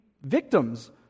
victims